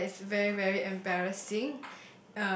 I think that is very very embarrassing